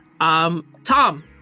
Tom